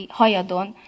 hajadon